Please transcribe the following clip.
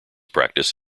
practice